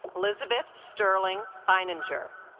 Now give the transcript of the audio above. elizabeth sterling fine injure